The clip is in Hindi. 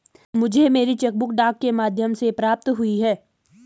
मुझे मेरी चेक बुक डाक के माध्यम से प्राप्त हुई है